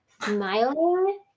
Smiling